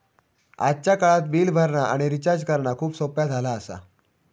आजच्या काळात बिल भरणा आणि रिचार्ज करणा खूप सोप्प्या झाला आसा